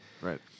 Right